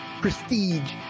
prestige